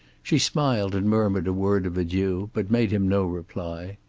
she smiled and murmured a word of adieu, but made him no reply.